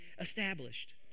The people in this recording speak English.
established